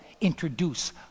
introduce